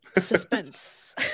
Suspense